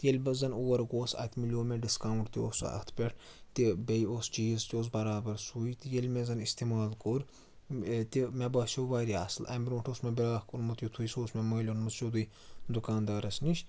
تہٕ ییٚلہِ بہٕ زَن اور گوس اَتہِ مِلیو مےٚ ڈِسکاوُنٛٹ تہِ اوس سُہ اَتھ پٮ۪ٹھ تہِ بیٚیہِ اوس چیٖز تہِ اوس برابر سُے تہٕ ییٚلہِ مےٚ زَن استعمال کوٚر تہِ مےٚ باسیو واریاہ اَصٕل اَمہِ برٛونٛٹھ اوس مےٚ بیٛاکھ اوٚنمُت یُتھُے سُہ اوس مےٚ مٔلۍ اونمُت سیوٚدُے دُکاندارَس نِش